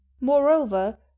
Moreover